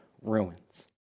ruins